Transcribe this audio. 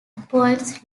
point